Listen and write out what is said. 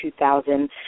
2000